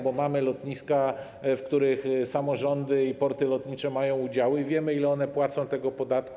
Bo mamy lotniska, w których samorządy i porty lotnicze mają udziały, i wiemy, ile one płacą podatku.